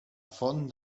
font